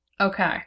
Okay